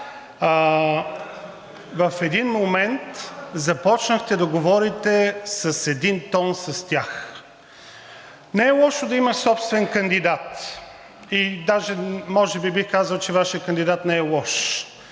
в един момент започнахте да говорите в един тон с тях. Не е лошо да имаш собствен кандидат и даже може би бих казал, че Вашият кандидат не е лош.